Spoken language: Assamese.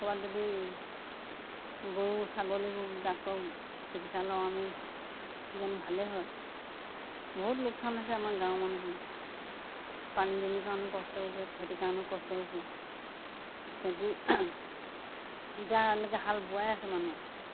ক'ৰবাত যদি গৰু ছাগলীবোৰ ডাক্তৰ চিকিৎসালয় আমি কিজানি ভালেই হয় বহুত লোকচান হৈছে আমাৰ গাঁৱৰ মানুহখিনি পানী দুনীৰ কাৰণেও কষ্ট হৈছে খেতিৰ কাৰণেও কষ্ট হৈছে খেতি এতিয়া এনেকৈ হাল বোৱাই আছে মানুহ